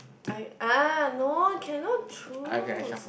I ah no cannot choose